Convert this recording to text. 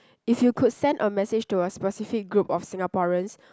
if you could send a message to a specific group of Singaporeans